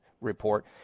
report